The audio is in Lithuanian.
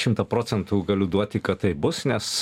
šimtą procentų galiu duoti kad taip bus nes